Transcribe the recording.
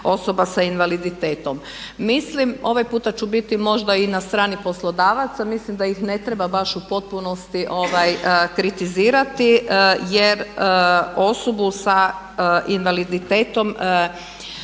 ovaj puta ću biti i na strani poslodavaca. Mislim da ih ne treba baš u potpunosti kritizirati jer osobu sa invaliditetom